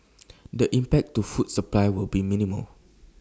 the impact to food supply will be minimal